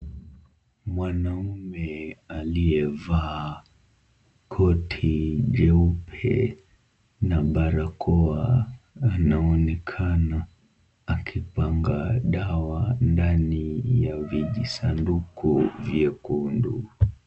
Mwanamume aliyevaa koti jeupe na barakoa anaoenakana akipanga dawa ndani ya vijisanduku vyekundu.